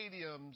stadiums